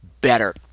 better